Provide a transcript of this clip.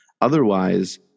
Otherwise